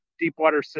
deepwater